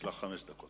יש לך חמש דקות.